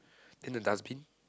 in the dustbin